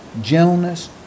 gentleness